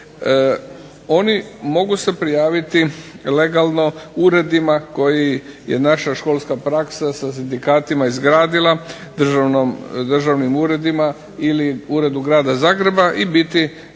oni mogu se prijaviti legalno uredima koji je naša školska praksa sa sindikatima iz gradila, državnim uredima ili uredu Grada Zagreba i biti tzv.